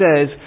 says